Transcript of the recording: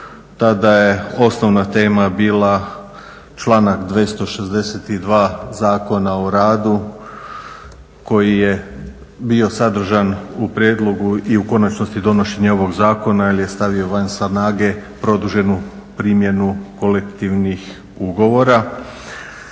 Tada je osnovna tema bila članak 262. Zakona o radu koji je bio sadržan u prijedlogu i u konačnosti donošenje ovoga zakona jer je stavio van snage produženu primjenu kolektivnih ugovora.